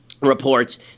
reports